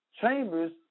chambers